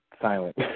silent